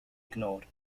ignored